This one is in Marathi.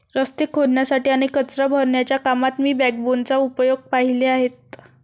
रस्ते खोदण्यासाठी आणि कचरा भरण्याच्या कामात मी बॅकबोनचा उपयोग पाहिले आहेत